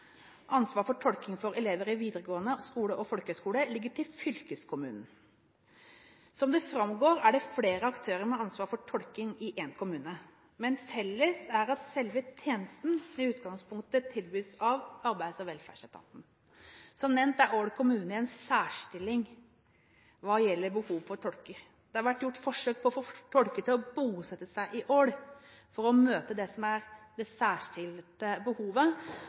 for tolking for elever i videregående skole og folkehøyskole ligger til fylkeskommunen. Som det framgår, er det flere aktører med ansvar for tolking i en kommune, men felles er at selve tjenesten i utgangspunktet tilbys av Arbeids- og velferdsetaten. Som nevnt er Ål kommune i en særstilling hva gjelder behov for tolker. Det har vært gjort forsøk på å få tolker til å bosette seg i Ål for å møte det